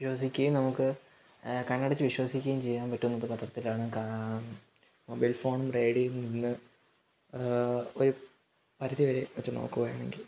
വിശ്വസിക്കുകയും നമുക്ക് കണ്ണടച്ച് വിശ്വസിക്കുകയും ചെയ്യാൻ പറ്റുന്നത് പത്രത്തിലാണ് കാ മൊബൈല് ഫോണും റേഡിയോയിൽ നിന്ന് ഒരു പരിധി വരെ വെച്ച് നോക്കുകയാണെങ്കില്